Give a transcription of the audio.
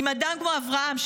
אם אדם כמו אברהם,